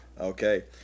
Okay